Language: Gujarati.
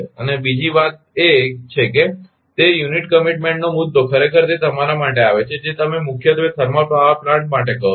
અને બીજી વાત એ છે કે તે યુનિટ કમીટમેન્ટનો મુદ્દો ખરેખર તે તમારા માટે આવે છે જે તમે મુખ્યત્વે થર્મલ પાવર પ્લાન્ટ માટે કહો છો